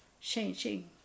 changing